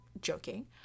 joking